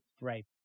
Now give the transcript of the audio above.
Right